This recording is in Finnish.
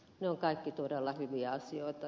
ne ovat kaikki todella hyviä asioita